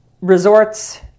resorts